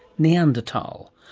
neanderthal,